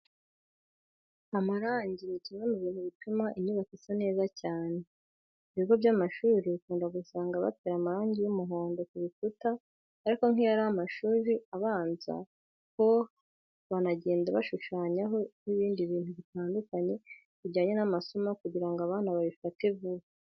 Amarangi ni kimwe mu bintu bituma inyubako isa neza cyane. Mu bigo by'amashuri ukunda gusanga batera amarangi y'umuhondo ku bikuta ariko nk'iyo ari mu mashuri abanza ho banagenda bashushanyaho n'ibindi bintu bitandukanye bijyanye n'amasomo kugira ngo abana babifate vuba.